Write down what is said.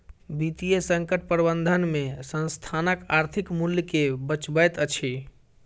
वित्तीय संकट प्रबंधन में संस्थानक आर्थिक मूल्य के बचबैत अछि